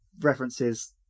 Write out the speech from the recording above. references